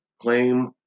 claim